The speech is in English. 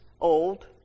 old